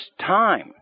time